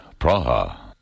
Praha